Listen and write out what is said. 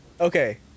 Okay